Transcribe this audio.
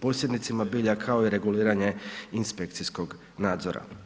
posjednicima bilja kao i reguliranje inspekcijskog nadzora.